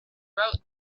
wrote